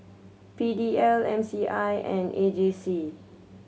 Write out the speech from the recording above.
P D L M C I and A J C